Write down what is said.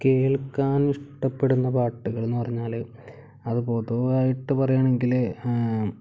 കേൾക്കാൻ ഇഷ്ടപ്പെടുന്ന പാട്ടുകളെന്ന് പറഞ്ഞാൽ അത് പൊതുവായിട്ട് പറയുകയാണെങ്കിൽ